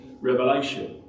Revelation